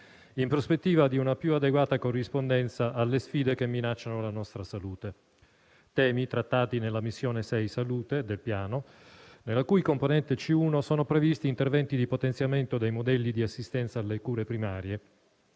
in prospettiva di una più adeguata corrispondenza alle sfide che minacciano la nostra salute; temi trattati nella missione sei «Salute» del Piano, nella cui componente C1 sono previsti interventi di potenziamento dei modelli di assistenza alle cure primarie.